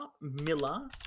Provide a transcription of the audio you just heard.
Miller